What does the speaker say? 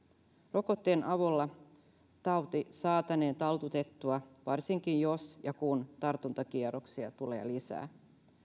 rokotteen avulla tauti saataneen taltutettua varsinkin jos ja kun tartuntakierroksia tulee lisää